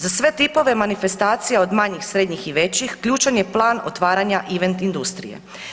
Za sve tipove manifestacija od manjih, srednjih i većih ključan je plan otvaranja event industrije.